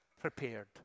prepared